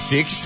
Six